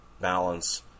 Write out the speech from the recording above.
balance